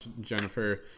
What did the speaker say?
jennifer